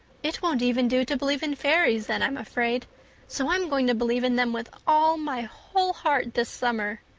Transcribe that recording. it won't even do to believe in fairies then, i'm afraid so i'm going to believe in them with all my whole heart this summer.